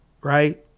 Right